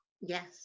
Yes